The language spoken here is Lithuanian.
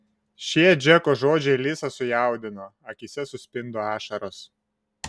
šie džeko žodžiai lizą sujaudino akyse suspindo ašaros